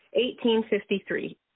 1853